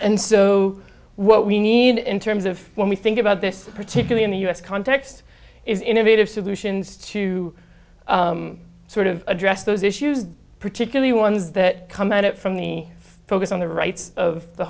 and so what we need in terms of when we think about this particular in the us context is innovative solutions to sort of address those issues particularly ones that come at it from the focus on the rights of the